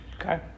okay